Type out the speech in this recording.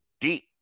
deep